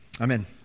Amen